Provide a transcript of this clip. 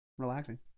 relaxing